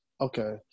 Okay